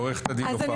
עורכת הדין נופר.